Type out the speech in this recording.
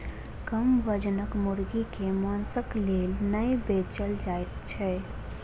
कम वजनक मुर्गी के मौंसक लेल नै बेचल जाइत छै